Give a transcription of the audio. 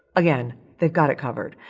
again, they've got it covered.